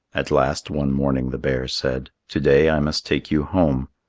at last, one morning the bear said, to-day i must take you home.